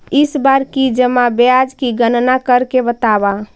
इस बार की जमा ब्याज की गणना करके बतावा